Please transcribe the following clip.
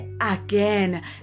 again